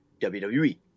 WWE